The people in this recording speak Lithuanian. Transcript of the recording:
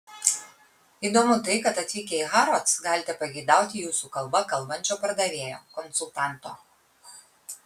įdomu tai kad atvykę į harrods galite pageidauti jūsų kalba kalbančio pardavėjo konsultanto